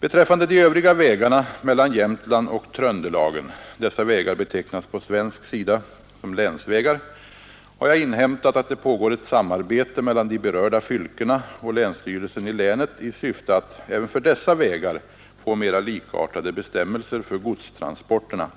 Beträffande de övriga vägarna mellan Jämtland och Tröndelagen — dessa vägar betecknas på svensk sida som länsvägar — har jag inhämtat, att det pågår ett samarbete mellan de berörda fylkena och länsstyrelsen i länet i syfte att även för dessa vägar få mera likartade bestämmelser för godstransporterna.